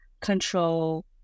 control